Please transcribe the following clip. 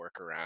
workaround